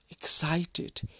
excited